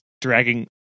dragging